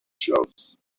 shelves